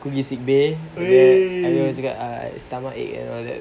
go to sick bay nanti aku cakap stomachache and all that